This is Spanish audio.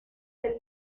del